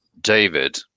David